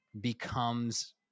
becomes